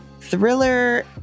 thriller